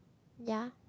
ya